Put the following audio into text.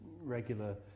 regular